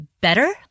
better